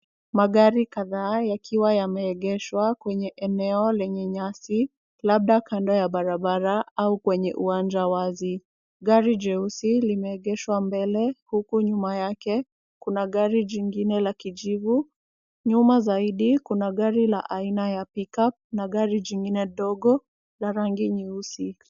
Magari kadhaa yakiwa yameegeshwa kwenye eneo lenye nyasi, labda kando ya barabara au kwenye uwanja wazi. Gari jeusi limeegeshwa mbele, huku nyuma yake kuna gari jingine la kijivu. Nyuma zaidi kuna gari la aina ya pickup na gari jingine dogo la rangi nyeusi.